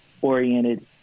oriented